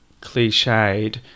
cliched